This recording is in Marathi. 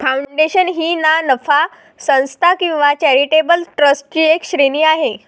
फाउंडेशन ही ना नफा संस्था किंवा चॅरिटेबल ट्रस्टची एक श्रेणी आहे